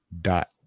Dot